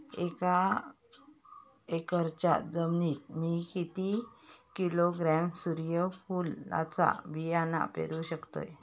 एक एकरच्या जमिनीत मी किती किलोग्रॅम सूर्यफुलचा बियाणा पेरु शकतय?